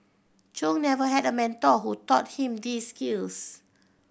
Chung never had a mentor who taught him these skills